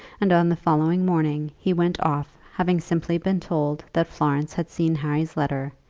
and on the following morning he went off, having simply been told that florence had seen harry's letter,